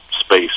space